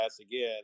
again